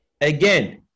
Again